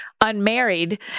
unmarried